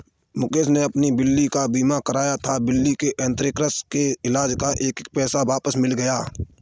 मुकेश ने अपनी बिल्ली का बीमा कराया था, बिल्ली के अन्थ्रेक्स के इलाज़ का एक एक पैसा वापस मिल गया